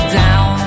down